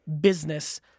business